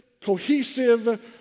cohesive